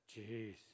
Jeez